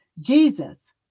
Jesus